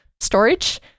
storage